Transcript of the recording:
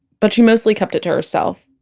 but she mostly kept it to herself.